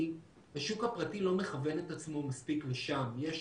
השוק הפרטי לא מכוון את עצמו מספיק לשם, יש